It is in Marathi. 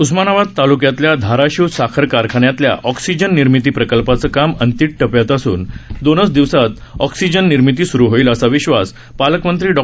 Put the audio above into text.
उस्मानाबाद ताल्क्यातील धाराशिव साखर कारखान्यातल्या ऑक्सीजन निर्मिती प्रकल्पाचं काम अंतिम टप्प्यात असून दोनच दिवसात ऑक्सिजन निर्मिती सुरू होईल असा विश्वास पालकमंत्री डॉ